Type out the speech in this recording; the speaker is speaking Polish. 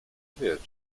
wie